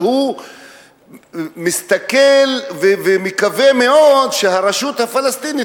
שהוא מסתכל ומקווה מאוד שהרשות הפלסטינית